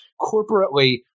corporately